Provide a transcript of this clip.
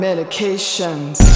Medications